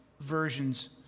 versions